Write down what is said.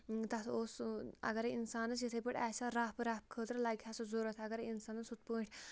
تَتھ اوس اَگَرے اِنسانَس یِتھَے پٲٹھۍ آسہِ ہا رَف رَف خٲطرٕ لَگہِ ہا سُہ ضوٚرَتھ اَگَرے اِنسانَس ہُتھ پٲٹھۍ